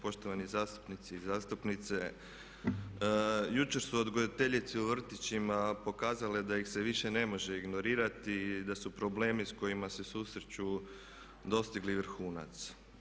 Poštovani zastupnici i zastupnice, jučer su odgojiteljice u vrtićima pokazale da ih se više ne može ignorirati i da su problemi s kojima se susreću dostigli vrhunac.